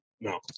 No